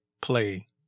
play